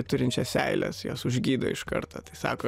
turinčią seiles jos užgydo iš karto tai sako